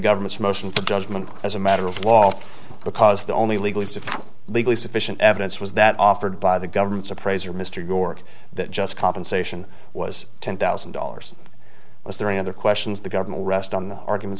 government's motion for judgment as a matter of law because the only legal as to legally sufficient evidence was that offered by the government's appraiser mr york that just compensation was ten thousand dollars was there any other questions the government rest on the argument